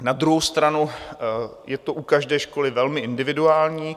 Na druhou stranu je to u každé školy velmi individuální.